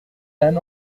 d’un